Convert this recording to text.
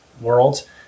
world